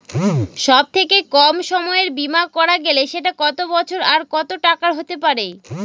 সব থেকে কম সময়ের বীমা করা গেলে সেটা কত বছর আর কত টাকার হতে পারে?